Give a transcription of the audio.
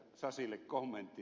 sasille kommentti